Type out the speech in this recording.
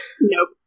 Nope